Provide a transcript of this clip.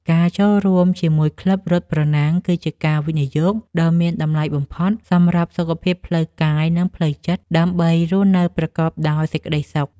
ការចូលរួមជាមួយក្លឹបរត់ប្រណាំង គឺជាការវិនិយោគដ៏មានតម្លៃបំផុតសម្រាប់សុខភាពផ្លូវកាយ និងផ្លូវចិត្ត ដើម្បីរស់នៅប្រកបដោយសេចក្ដីសុខ។